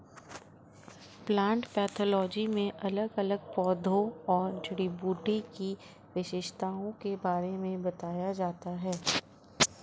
plant pathology में अलग अलग पौधों और जड़ी बूटी की विशेषताओं के बारे में बताया जाता है